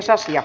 asia